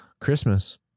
Christmas